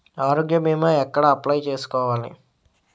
ఆరోగ్య భీమా ఎక్కడ అప్లయ్ చేసుకోవాలి?